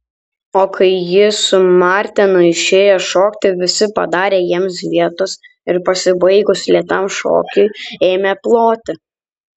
o kai ji su martenu išėjo šokti visi padarė jiems vietos ir pasibaigus lėtam šokiui ėmė ploti